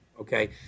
okay